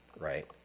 right